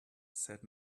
said